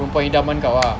perempuan idaman kau ah